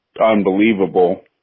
unbelievable